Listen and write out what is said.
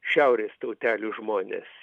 šiaurės tautelių žmonės